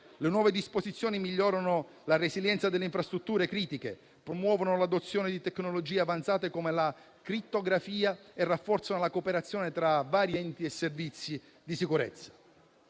Le nuove disposizioni migliorano la resilienza delle infrastrutture critiche, promuovono l'adozione di tecnologie avanzate, come la crittografia, e rafforzano la cooperazione tra vari enti e servizi di sicurezza.